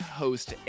host